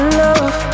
love